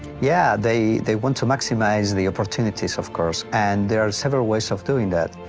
yeah, they they want to maximize the opportunities of course. and there are several ways of doing that.